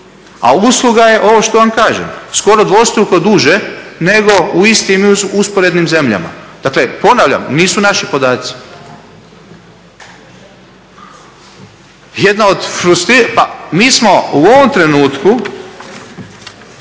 a usluga je ovo što vam kažem skoro dvostruko duže nego u istim usporednim zemljama. Dakle, ponavljam nisu naši podaci. Jedna od, pa mi smo u ovom trenutku